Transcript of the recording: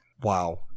Wow